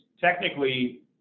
technically